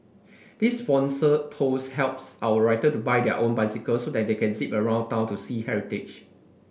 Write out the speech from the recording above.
this sponsored post helps our writer buy their own bicycles so they can zip around town to see heritage